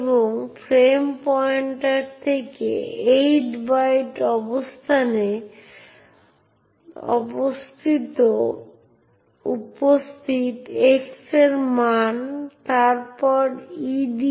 এইভাবে চাইল্ড প্রক্রিয়া দ্বারা প্রাপ্ত একটি ফাইল ডেস্ক্রিপ্টরকে তার প্রক্রিয়ায় একটি ওপেন সিস্টেম কল থেকে আসতে হবে না বরং এটি প্রকৃতপক্ষে পিতামাতার প্রক্রিয়া থেকে ফাইল ডেস্ক্রিপ্টরকে উত্তরাধিকার সূত্রে প্রাপ্ত হচ্ছে